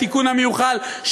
התיקון המיוחל,